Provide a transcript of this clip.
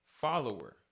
follower